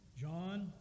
John